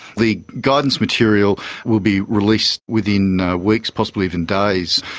the guidance material will be released within weeks, possibly even days,